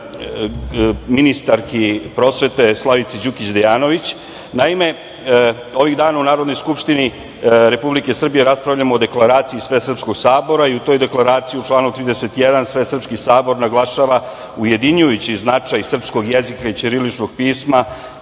ministarki prosvete gospođi Đukić Dejanović, naime ovih dana u Narodnoj skupštini Republike Srbije, raspravljamo o deklaraciji Svesrpskog sabora i u toj deklaraciji u članu 31. Svesrpski sabor naglašava ujedinjujući značaj srpskog jezika i ćiriličnog pisma,